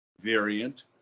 variant